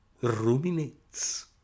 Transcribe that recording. ruminates